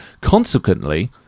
Consequently